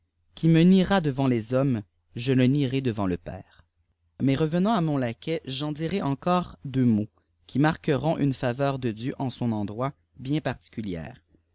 qui me niera detsmt les hommes je le nierai devant le père mais revenant à mon laquais j'en dirai encore deux mots qui marqueront une faveur de dieu en son endroit bien particulière